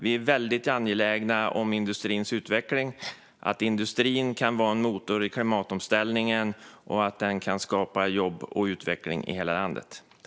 När det gäller industrins utveckling är vi väldigt angelägna om att industrin ska kunna vara en motor i klimatomställningen och skapa jobb och utveckling i hela landet.